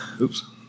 Oops